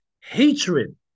hatred